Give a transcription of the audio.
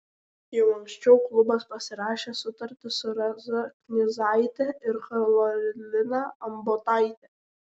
jau anksčiau klubas pasirašė sutartis su rasa knyzaite ir karolina ambotaite